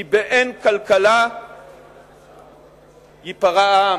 כי באין כלכלה ייפרע העם.